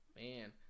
Man